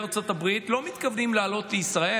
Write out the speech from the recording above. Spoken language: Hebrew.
ארצות הברית לא מתכוונים לעלות לישראל.